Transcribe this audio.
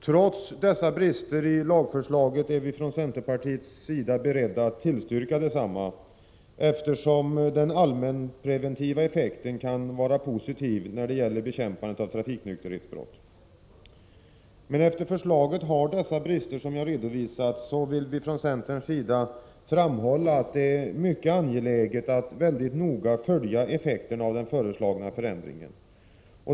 Trots dessa brister i lagförslaget är vi från centerpartiets sida beredda att tillstyrka detsamma, eftersom den allmänpreventiva effekten kan vara positiv när det gäller bekämpandet av trafikonykterhetsbrott. Men då förslaget har dessa brister som jag redovisat så vill vi från centerns sida framhålla att det är mycket angeläget att noga följa effekterna av den föreslagna förändringen.